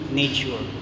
nature